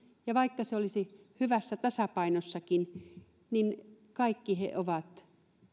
ja vaikka se olisi hyvässä tasapainossakin niin kaikki he ovat